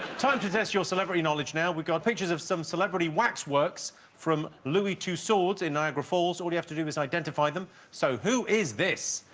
time to test your celebrity knowledge now we've got pictures of some celebrity wax works from lois tussauds in niagara falls. all you have to do is identify them so who is this?